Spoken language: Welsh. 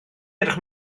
edrych